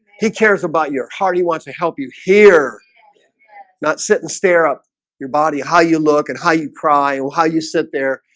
he cares about your hard. he wants to help you here yeah not sit and stare up your body how you look and how you cry or how you sit there?